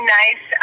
nice